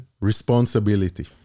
responsibility